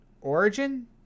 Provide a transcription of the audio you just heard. origin